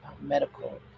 medical